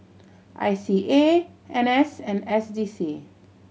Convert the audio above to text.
I C A N S and S D C